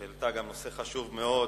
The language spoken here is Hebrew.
שהעלתה נושא חשוב מאוד.